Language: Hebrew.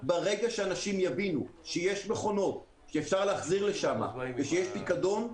ברגע שאנשים יבינו שיש מכונות שאפשר להחזיר לשם ויש פיקדון,